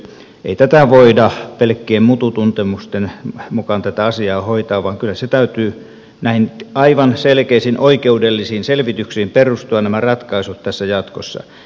ei tätä asiaa voida pelkkien mututuntemusten mukaan hoitaa vaan kyllä niiden ratkaisujen täytyy näihin aivan selkeisiin oikeudellisiin selvityksiin perustua jatkossa